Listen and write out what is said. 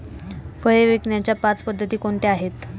फळे विकण्याच्या पाच पद्धती कोणत्या आहेत?